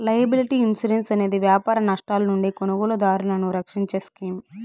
liability insurance అనేది వ్యాపార నష్టాల నుండి కొనుగోలుదారులను రక్షించే స్కీమ్